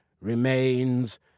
remains